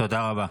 תודה רבה.